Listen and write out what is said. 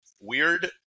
weird